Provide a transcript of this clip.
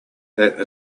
that